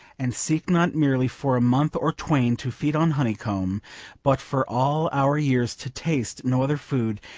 and seek not merely for a month or twain to feed on honeycomb but for all our years to taste no other food,